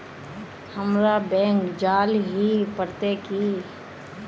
हमरा बैंक जाल ही पड़ते की?